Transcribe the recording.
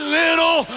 little